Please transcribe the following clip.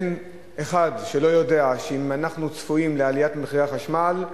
אין אחד שלא יודע שאם אנחנו צפויים לעליית מחירים בחשמל,